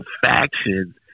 factions